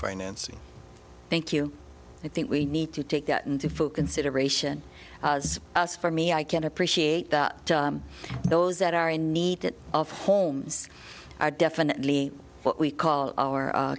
financing thank you i think we need to take that into folk incineration us for me i can appreciate that those that are in need of homes are definitely what we call our